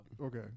Okay